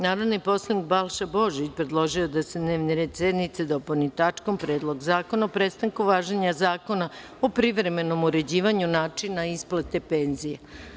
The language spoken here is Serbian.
Narodni poslanik Balša Božović predložio je da se dnevni red sednice dopuni tačkom – Predlog zakona o prestanku važenja Zakona o privremenom uređivanju načina isplate penzija.